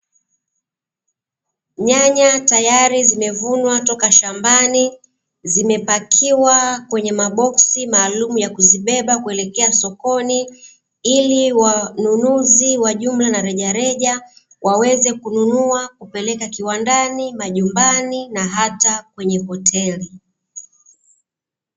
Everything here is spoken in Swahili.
Nyanya tayari vimevunwa toka shambani zimepakiwa kwenye maboksi maalumu ya kuzibeba kuelekea sokoni, ili wanunuzi wa jumla na rejareja waweze kununua kupeleka: kiwandani, majumbani na hata kwenye hoteli.